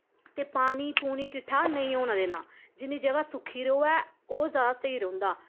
ते पानी पुनी किट्ठा नेईं होना देना जिन्नी जगह् सुक्खी रोऐ ओह् जैदा स्हेई रौह्ंदा